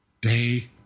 day